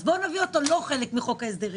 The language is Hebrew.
אז בוא נביא אותו לא כחלק מחוק ההסדרים.